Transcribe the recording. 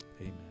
Amen